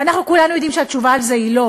ואנחנו כולנו יודעים שהתשובה על זה היא לא.